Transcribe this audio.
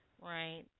Right